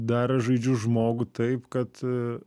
dar aš žaidžiu žmogų taip kad